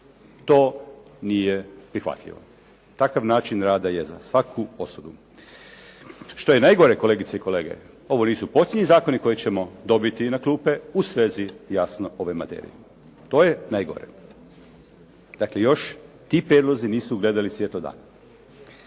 To nije prihvatljivo. Takav način rada je za svaku osudu. Što je najgore kolegice i kolege, ovo nisu posljednji zakoni koje ćemo dobiti na klupe u svezi jasno ove materije. To je najgore. Dakle, još ti prijedlozi nisu ugledali svjetlo dana.